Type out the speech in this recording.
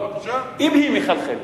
אם היא מחלחלת,